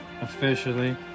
officially